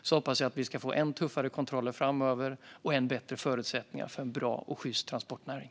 Jag hoppas att vi ska få än tuffare kontroller framöver och än bättre förutsättningar för en bra och sjyst transportnäring.